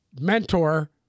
mentor